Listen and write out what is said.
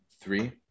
three